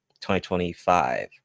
2025